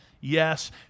Yes